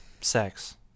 sex